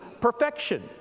perfection